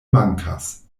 mankas